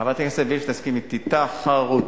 חברת הכנסת וילף תסכים אתי, תחרות,